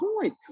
point